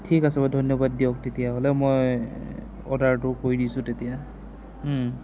ঠিক আছে বাৰু ধন্যবাদ দিয়ক তেতিয়াহ'লে মই অৰ্ডাৰটো কৰি দিছোঁ তেতিয়া